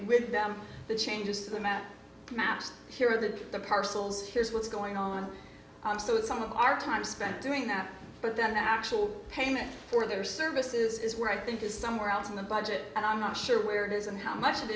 with them the changes to the map maps here or the parcels here's what's going on and so some of our time spent doing that but then the actual payment for their services is where i think is somewhere else in the budget and i'm not sure where it is and how much